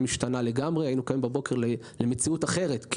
משתנה לגמרי והיינו קמים בבוקר למציאות אחרת...